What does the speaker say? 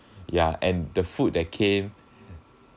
ya and the food that came